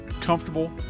Comfortable